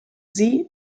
sie